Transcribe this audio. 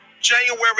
January